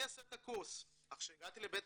אני אעשה את הקורס" אך כשהגעתי לבית